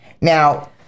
Now